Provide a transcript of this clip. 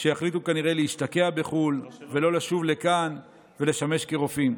שיחליטו כנראה להשתקע בחו"ל ולא לשוב לכאן ולשמש כרופאים.